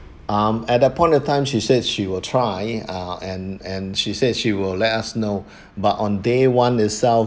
um at that point of time she said she will try uh and and she says she will let us know but on day one itself